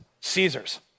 Caesar's